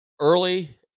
early